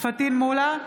פטין מולא,